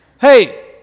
Hey